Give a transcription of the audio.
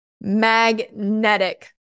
magnetic